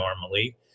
normally